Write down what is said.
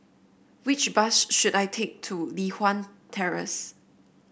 which bus should I take to Li Hwan Terrace